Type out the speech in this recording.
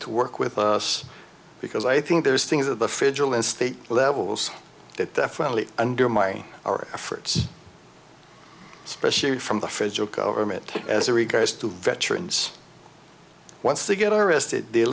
to work with us because i think there's things that the federal and state levels that that family undermine our efforts especially from the federal government as a request to veterans once they get arrested they